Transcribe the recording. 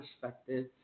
perspective